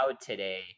today